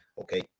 okay